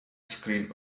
screen